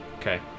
okay